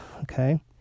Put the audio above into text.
okay